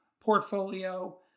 portfolio